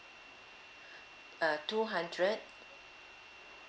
uh two hundred